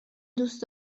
دوست